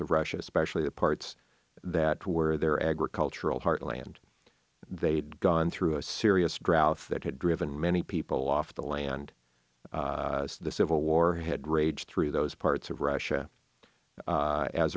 of russia especially the parts that were their agricultural heartland they'd gone through a serious drought that had driven many people off the land the civil war had raged through those parts of russia a